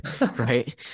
right